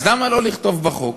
אז למה לא לכתוב בחוק